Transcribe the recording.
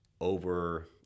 over